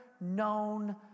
known